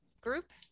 group